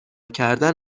کردن